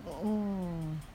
oh